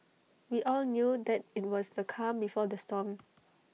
we all knew that IT was the calm before the storm